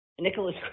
Nicholas